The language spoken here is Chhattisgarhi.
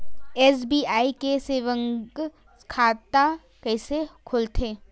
एस.बी.आई के सेविंग खाता कइसे खोलथे?